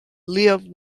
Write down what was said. lived